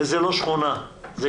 זו לא שכונה, זו